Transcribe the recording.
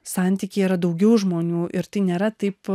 santykiai yra daugiau žmonių ir tai nėra taip